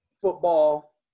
football